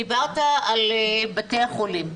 דיברת על בתי החולים.